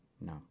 No